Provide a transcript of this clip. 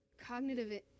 Cognitive